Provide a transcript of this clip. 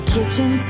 kitchen